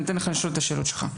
אני אתן לך לשאול את השאלות שלך.